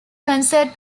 concert